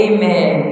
Amen